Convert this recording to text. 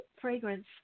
fragrance